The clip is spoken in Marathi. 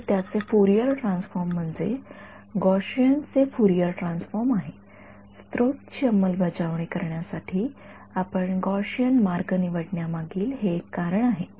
तर त्याचे फुरियर ट्रान्सफॉर्म म्हणजे गॉसिअन चे फुरियर ट्रान्सफॉर्म आहे स्त्रोत ची अंमलबजावणी करण्यासाठी आपण गॉसिअन मार्ग निवडण्यामागील हे एक कारण आहे